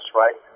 right